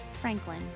Franklin